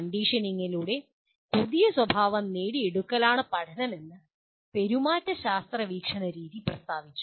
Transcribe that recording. കണ്ടീഷനിംഗിലൂടെ പുതിയ സ്വഭാവം നേടിയെടുക്കലാണ് പഠനമെന്ന് പെരുമാറ്റശാസ്ത്ര വീക്ഷണരീതി പ്രസ്താവിച്ചു